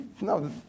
no